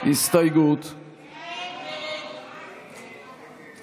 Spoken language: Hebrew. הסתייגות 37